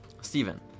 Steven